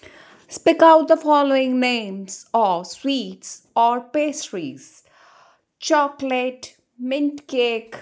speak out the following names of sweets or pastries chocolate mint cake